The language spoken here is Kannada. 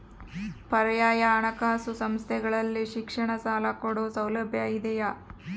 ಪರ್ಯಾಯ ಹಣಕಾಸು ಸಂಸ್ಥೆಗಳಲ್ಲಿ ಶಿಕ್ಷಣ ಸಾಲ ಕೊಡೋ ಸೌಲಭ್ಯ ಇದಿಯಾ?